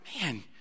man